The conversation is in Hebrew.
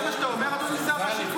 זה מה שאתה אומר, אדוני שר השיכון?